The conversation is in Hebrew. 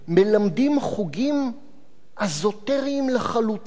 מלמדים חוגים אזוטריים לחלוטין,